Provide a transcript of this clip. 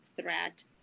threat